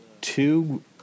two